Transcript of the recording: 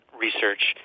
research